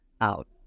out